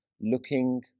looking